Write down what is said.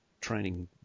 training